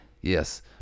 Yes